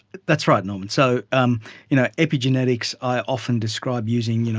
that's right, norman. so um you know epigenetics i often describe using